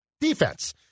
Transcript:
defense